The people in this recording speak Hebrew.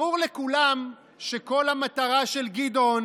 ברור לכולם שכל המטרה של גדעון